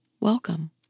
welcome